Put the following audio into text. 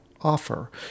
offer